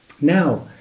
Now